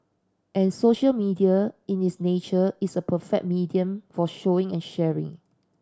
and social media in its nature is a perfect medium for showing and sharing